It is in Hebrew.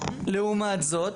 לעומת זאת,